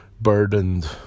burdened